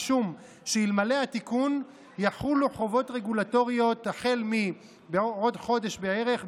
משום שאלמלא התיקון יחולו חובות רגולטוריות החל מעוד חודש בערך,